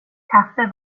kaffe